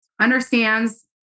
understands